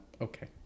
okay